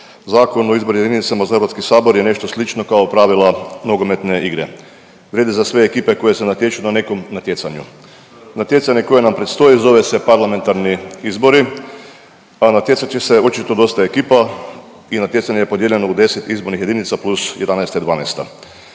Zakon o izbornim jedinicama za Hrvatski sabor je nešto slično kao pravila nogometne igre. Vrijedi za sve ekipe koje se natječu na nekom natjecanju. Natjecanje koje nam predstoji zove se parlamentarni izbori, a natjecat će se očito ekipa i natjecanje je podijeljeno u 10 izbornih jedinica plus 11 i 12.